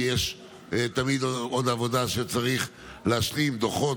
כי יש תמיד עוד עבודה שצריך להשלים: דוחות,